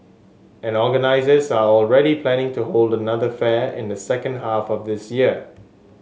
and organisers are already planning to hold another fair in the second half of this year